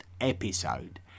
episode